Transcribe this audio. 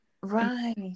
Right